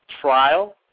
trial